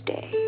Day